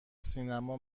سینما